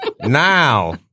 Now